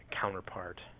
counterpart